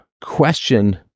question